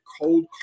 cold